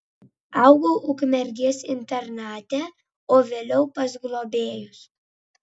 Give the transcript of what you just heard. augau ukmergės internate o vėliau pas globėjus